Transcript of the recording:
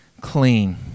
clean